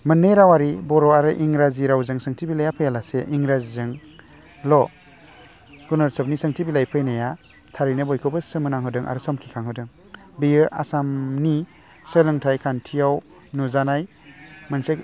मोन्नै रावारि बर' आरो इंराजी रावजों सोंथि बिलाइआ फैयालासे इंराजीजोंल' गुनउत्सबनि सोंथि बिलाइ फैनाया थारैनो बयखौबो सोमोनांहोदों आरो समखिखांहोदों बेयो आसामनि सोलोंथाइ खान्थियाव नुजानाय मोनसे